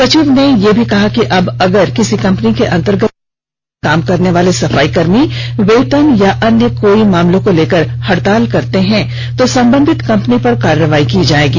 सचिव ने यह भी कहा कि अब अगर किसी कंपनी के अंतर्गत काम करने वाले सफाईकर्मी वेतन या अन्य कोई मामलों को लेकर हड़ताल करते हैं तो संबंधित कंपनी पर कार्रवाई की जायेगी